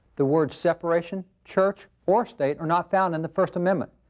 the word separation, church, or state are not found in the first amendment.